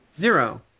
Zero